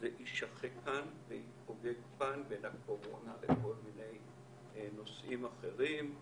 זה ישהה כאן ויתפוגג כאן בין הקורונה לכל מיני נושאים אחרים,